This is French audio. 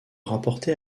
rapporté